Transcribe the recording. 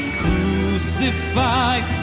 crucified